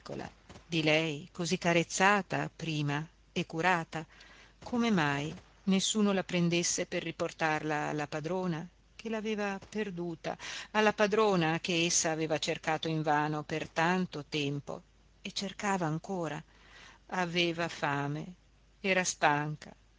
di lei così carezzata prima e curata come mai nessuno la prendesse per riportarla alla padrona che l'aveva perduta alla padrona che essa aveva cercato invano per tanto tempo e cercava ancora aveva fame era stanca